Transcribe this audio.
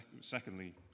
secondly